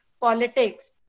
politics